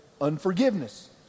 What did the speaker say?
unforgiveness